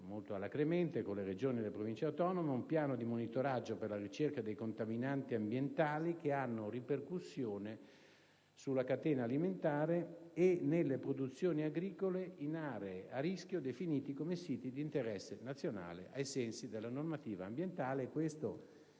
molto alacremente con le Regioni e le Province autonome a tal fine) un piano di monitoraggio per la ricerca dei contaminanti ambientali che hanno ripercussioni nella catena alimentare e nelle produzioni agricole in aree a rischio definite come siti di interesse nazionale, ai sensi della normativa ambientale. Questo